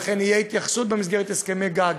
לכן תהיה התייחסות במסגרת הסכמי גג